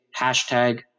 hashtag